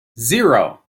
zero